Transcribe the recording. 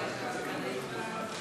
צריך להחזיר אותו ליש עתיד.